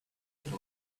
there